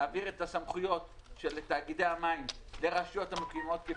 להעביר את הסמכויות של תאגידי המים לרשויות המקומיות.